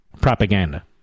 propaganda